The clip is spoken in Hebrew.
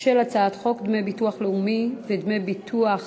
על הצעת חוק דמי ביטוח לאומי ודמי ביטוח